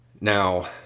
Now